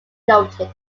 noted